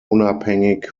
unabhängig